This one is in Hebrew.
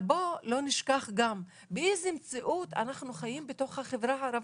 אבל בואו לא נשכח גם באיזו מציאות אנחנו חיים בתוך החברה הערבית.